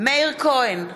מאיר כהן,